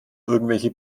irgendwelche